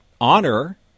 honor